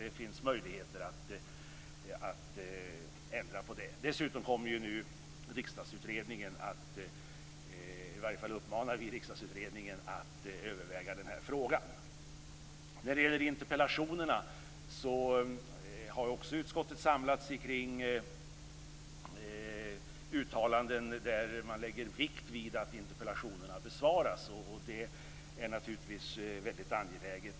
Det finns möjligheter att ändra på detta. Dessutom uppmanar vi nu Riksdagskommittén att överväga den här frågan. När det gäller interpellationerna har utskottet också samlats kring uttalanden där man lägger vikt vid att interpellationerna besvaras. Det är naturligtvis väldigt angeläget.